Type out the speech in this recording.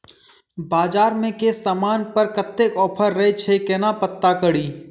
बजार मे केँ समान पर कत्ते ऑफर रहय छै केना पत्ता कड़ी?